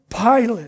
Pilate